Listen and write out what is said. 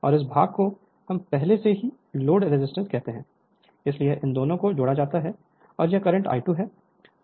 और इस भाग को हम पहले से ही लोड रेजिस्टेंस कहते हैं इसलिए इन दोनों को जोड़ा जाता है और यह करंट I2 है यह I 1 है और यह मेरा V है